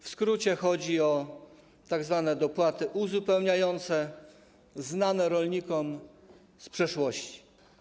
W skrócie chodzi o tzw. dopłaty uzupełniające, znane rolnikom z przeszłości.